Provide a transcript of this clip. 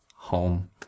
home